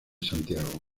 santiago